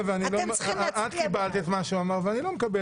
את קיבלת את מה שאמר ואני לא,